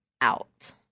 out